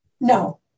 No